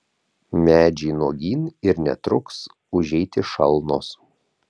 medžiai nuogyn ir netruks užeiti šalnos